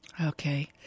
Okay